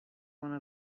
one